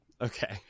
Okay